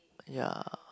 ya